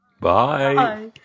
Bye